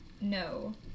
no